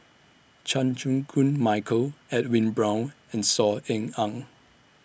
Chan Chew Koon Michael Edwin Brown and Saw Ean Ang